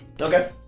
Okay